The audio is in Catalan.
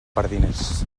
pardines